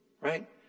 Right